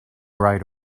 right